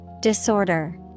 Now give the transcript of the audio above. Disorder